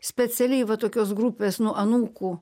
specialiai va tokios grupės nu anūkų